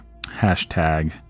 hashtag